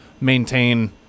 maintain